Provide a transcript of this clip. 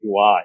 UI